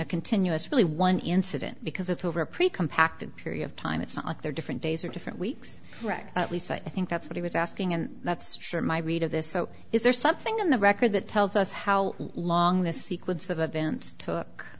a continuous really one incident because it's over a pretty compacted period of time it's not there different days or different weeks at least i think that's what he was asking and that's sure my read of this so is there something in the record that tells us how long the sequence of events took